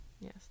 yes